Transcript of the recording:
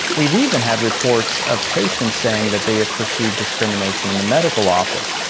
we've even had reports of patients saying that they have perceived discrimination in the medical office,